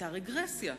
היתה רגרסיה.